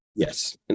Yes